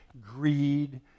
greed